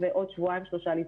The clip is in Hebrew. ועוד שבועיים-שלושה לסגור.